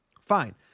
Fine